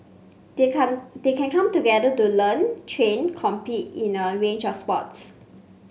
they can they can come together to learn train compete in a range of sports